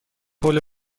حوله